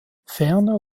ferner